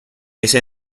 ese